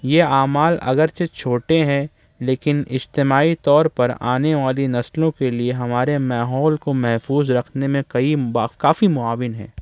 یہ اعمال اگرچہ چھوٹے ہیں لیکن اجتماعی طور پر آنے والی نسلوں کے لیے ہمارے ماحول کو محفوظ رکھنے میں کئی با کافی معاون ہیں